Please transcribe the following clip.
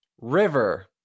River